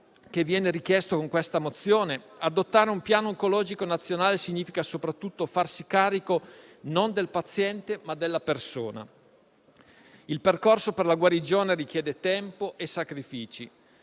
che viene richiesto con la mozione in esame, adottare un Piano oncologico nazionale significa soprattutto farsi carico, non del paziente, ma della persona. Il percorso per la guarigione richiede tempo e sacrifici.